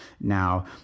now